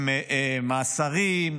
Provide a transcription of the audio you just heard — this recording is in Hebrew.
מאסרים,